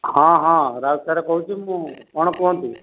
ହଁ ହଁ ରାଉତ ସାର୍ କହୁଛି ମୁଁ କ'ଣ କୁହନ୍ତୁ